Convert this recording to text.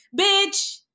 bitch